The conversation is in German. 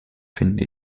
finde